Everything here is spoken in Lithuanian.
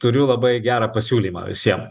turiu labai gerą pasiūlymą visiem